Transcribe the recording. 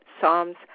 Psalms